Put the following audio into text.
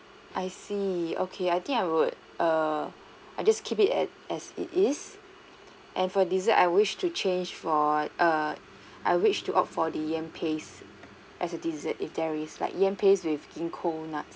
I see okay I think I would err I just keep as as it is and for dessert I wish to change for err I wish to opt for the yam paste as a dessert if there is like yam paste with ginkgo nuts